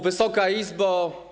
Wysoka Izbo!